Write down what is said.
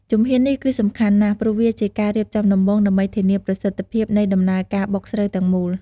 ជំហាននេះគឺសំខាន់ណាស់ ព្រោះវាជាការរៀបចំដំបូងដើម្បីធានាប្រសិទ្ធភាពនៃដំណើរការបុកស្រូវទាំងមូល។